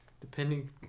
depending